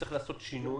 צריך לעשות שינוי.